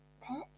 pets